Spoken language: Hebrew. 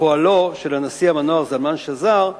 ופועלו של הנשיא המנוח זלמן שזר,